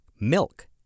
milk